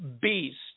beast